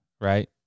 right